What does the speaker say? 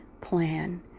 plan